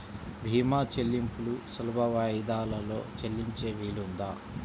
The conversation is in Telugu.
భీమా చెల్లింపులు సులభ వాయిదాలలో చెల్లించే వీలుందా?